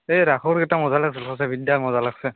এই ৰাসৰ কেইটা মজা লাগিছে সঁচাই বিদ্যা মজা লাগিছে